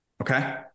Okay